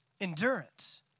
Endurance